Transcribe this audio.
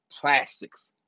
plastics